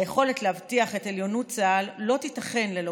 היכולת להבטיח את עליונות צה"ל לא תיתכן ללא